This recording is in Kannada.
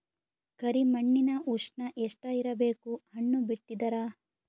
ಕರಿ ಮಣ್ಣಿನ ಉಷ್ಣ ಎಷ್ಟ ಇರಬೇಕು ಹಣ್ಣು ಬಿತ್ತಿದರ?